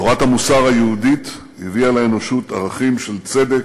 תורת המוסר היהודית הביאה לאנושות ערכים של צדק,